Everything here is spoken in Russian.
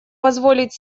позволить